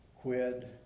quid